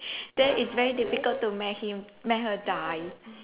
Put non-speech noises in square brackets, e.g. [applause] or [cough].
[breath] then it's very difficult to make him make her die